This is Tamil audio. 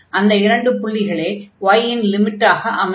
அந்த இரண்டு புள்ளிகளே y இன் லிமிட்டாக அமையும்